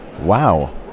Wow